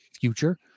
future